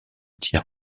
tiers